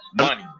money